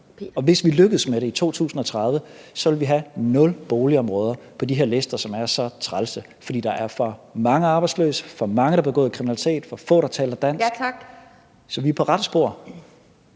hvis vi lykkes med det i 2030, vil vi have nul boligområder på de her lister, som er så trælse, fordi der er for mange arbejdsløse, for mange, der har begået kriminalitet, for få, der taler dansk. Så vi er på rette spor.